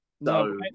no